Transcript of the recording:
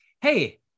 Hey